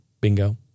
Bingo